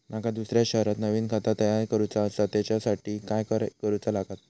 माका दुसऱ्या शहरात नवीन खाता तयार करूचा असा त्याच्यासाठी काय काय करू चा लागात?